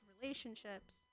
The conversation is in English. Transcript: relationships